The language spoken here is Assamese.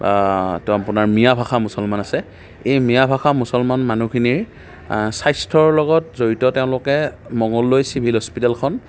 তো আপোনাৰ মিয়া ভাষাৰ মুছলমান আছে এই মিয়া ভাষাৰ মুছলমান মানুহখিনিৰ স্বাস্থ্যৰ লগত জড়িত তেওঁলোকে মঙলদৈ চিভিল হস্পিতেলখন